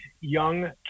young